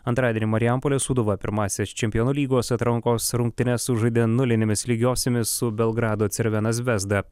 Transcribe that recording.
antradienį marijampolės sūduva pirmąsias čempionų lygos atrankos rungtynes sužaidė nulinėmis lygiosiomis su belgrado cervena zvezda